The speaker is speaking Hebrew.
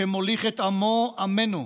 שמוליך את עמו, עמנו,